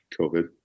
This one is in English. COVID